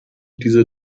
diese